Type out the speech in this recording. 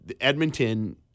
Edmonton